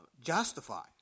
justify